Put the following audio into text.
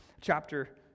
chapter